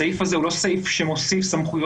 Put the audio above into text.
הסעיף הזה הוא לא סעיף שמוסיף סמכויות,